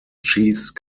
cheese